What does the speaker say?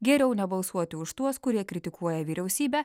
geriau nebalsuoti už tuos kurie kritikuoja vyriausybę